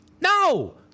No